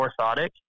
orthotic